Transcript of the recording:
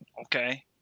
okay